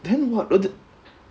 then what other